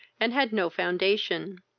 and had no foundation.